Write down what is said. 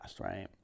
right